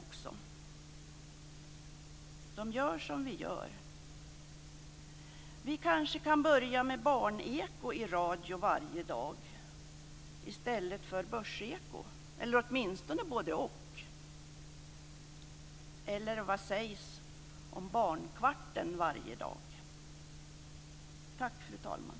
De gör som vi gör. Vi kanske kan börja med barneko i radio varje dag i stället för börseko, eller åtminstone både-och. Vad sägs om barnkvarten varje dag? Tack, fru talman!